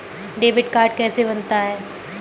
Debit card कैसे बनता है?